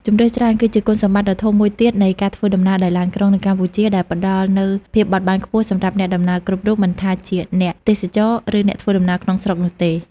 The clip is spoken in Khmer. ជម្រើសច្រើន គឺជាគុណសម្បត្តិដ៏ធំមួយទៀតនៃការធ្វើដំណើរដោយឡានក្រុងនៅកម្ពុជា ដែលផ្តល់នូវភាពបត់បែនខ្ពស់សម្រាប់អ្នកដំណើរគ្រប់រូប មិនថាជាអ្នកទេសចរ ឬអ្នកធ្វើដំណើរក្នុងស្រុកនោះទេ។